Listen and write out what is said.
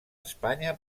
espanya